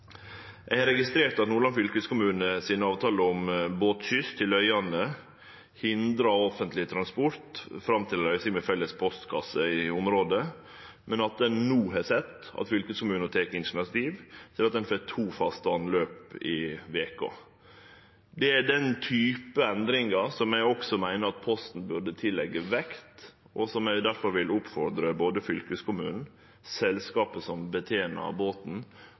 Eg har registrert at Nordland fylkeskommune sin avtale om båtskyss til øyane hindrar offentleg transport fram til ei løysing med felles postkasse i området, men at ein no har sett at fylkeskommunen tek initiativ til at ein får to faste anløp i veka. Det er den type endringar som eg òg meiner Posten bør leggje vekt på. Eg vil difor oppmode både fylkeskommunen, selskapet som betener båten,